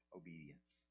obedience